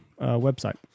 website